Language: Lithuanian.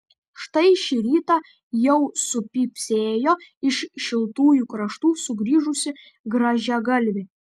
štai šį rytą jau supypsėjo iš šiltųjų kraštų sugrįžusi grąžiagalvė